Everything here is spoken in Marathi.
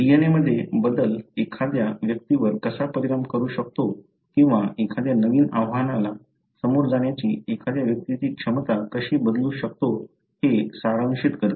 DNA मध्ये बदल एखाद्या व्यक्तीवर कसा परिणाम करू शकतो किंवा एखाद्या नवीन आव्हानाला सामोरे जाण्याची एखाद्या व्यक्तीची क्षमता कशी बदलू शकतो हे सारांशित करते